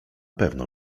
pewno